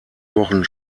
wochen